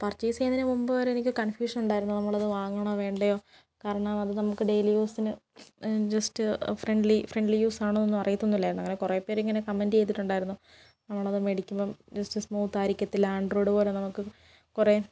purchase ചെയ്യുന്നതിന് മുൻപ് വരെ എനിക്ക് കൺഫ്യൂഷൻ ഉണ്ടായിരുന്നു നമ്മളത് വാങ്ങണോ വേണ്ടയോ കാരണം അത് നമുക്ക് ഡെയിലി യൂസിന് ജസ്റ്റ് ഫ്രണ്ട്ലി ഫ്രണ്ട്ലി യൂസാണോന്ന് എന്നൊന്നും അറിയത്തൊന്നും ഇല്ലായിരുന്നു അങ്ങനെ കുറെ പേർ ഇങ്ങനെ കമന്റ് ചെയ്തിട്ടുണ്ടായിരുന്നു നമ്മളത് മേടിക്കുമ്പം ജസ്റ്റ് സ്മൂത്തായിരിക്കത്തില്ല ആൻഡ്രോയിഡ് പോലെ നമുക്ക് കുറെ